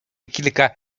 kilka